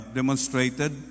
demonstrated